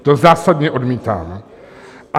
To zásadně odmítám.